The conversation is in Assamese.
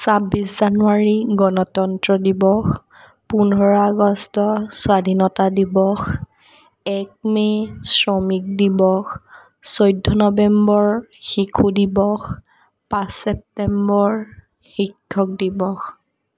ছাব্বিছ জানুৱাৰী গণতন্ত্ৰ দিৱস পোন্ধৰ আগষ্ট স্বাধীনতা দিৱস এক মে' শ্ৰমিক দিৱস চৈধ্য নৱেম্বৰ শিশু দিৱস পাঁচ ছেপ্টেম্বৰ শিক্ষক দিৱস